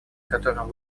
которым